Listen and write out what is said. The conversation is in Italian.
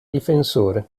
difensore